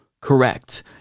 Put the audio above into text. correct